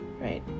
right